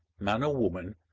man or woman,